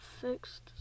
fixed